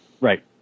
Right